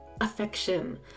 affection